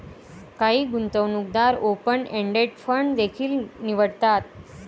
काही गुंतवणूकदार open ended fund देखील निवडतात